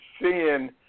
seeing